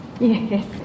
Yes